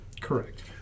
Correct